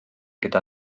gyda